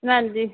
ਹਾਂਜੀ